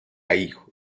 hijo